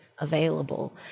available